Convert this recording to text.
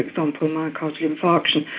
example, myocardial infarction,